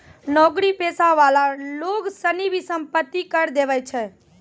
नौकरी पेशा वाला लोग सनी भी सम्पत्ति कर देवै छै